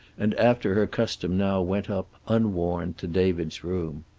and after her custom now went up, unwarned, to david's room.